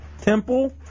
Temple